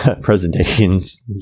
presentations